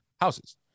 houses